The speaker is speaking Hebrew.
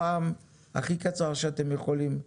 הפעם הכי קצר שאתם יכולים,